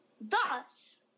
Thus